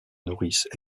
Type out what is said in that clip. nourrice